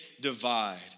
divide